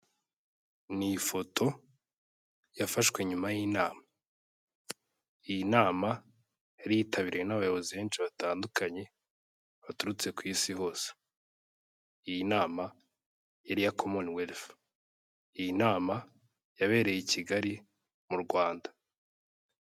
Ni ifoto yafashwe nyuma y'inama. Iyi nama yari yitabiriwe n'abayobozi benshi batandukanye baturutse ku isi hose. Iyi nama yari iya CommomWealth. Iyi nama yabereye i Kigali mu Rwanda.